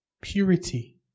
Purity